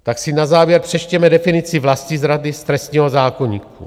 Tak si na závěr přečtěme definici vlastizrady z trestního zákoníku.